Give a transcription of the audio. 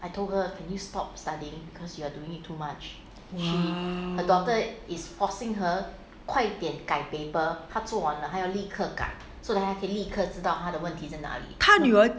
她女儿